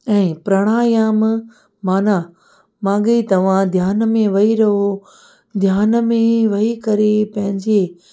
ऐं प्रणायाम माना मांगी तव्हां ध्यान में वेही रहो ध्यान में वेही करे पंहिंजे